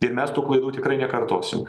ir mes tų klaidų tikrai nekartosim